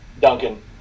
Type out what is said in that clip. Duncan